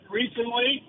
recently